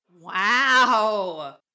Wow